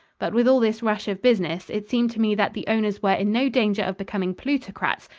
but with all this rush of business, it seemed to me that the owners were in no danger of becoming plutocrats,